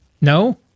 No